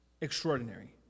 extraordinary